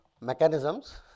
mechanisms